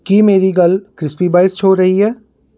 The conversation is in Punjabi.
ਕੀ ਮੇਰੀ ਗੱਲ ਕ੍ਰਿਸਪੀ ਬਾਈਟਸ 'ਚ ਹੋ ਰਹੀ ਹੈ